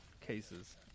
cases